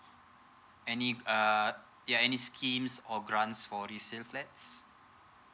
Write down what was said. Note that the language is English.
any uh ya any schemes or grants for reflats